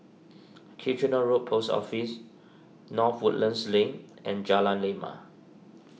Kitchener Road Post Office North Woodlands Link and Jalan Lima